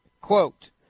Quote